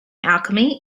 alchemy